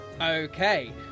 Okay